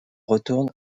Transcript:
retourne